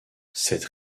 cette